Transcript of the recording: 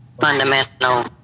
fundamental